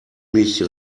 mich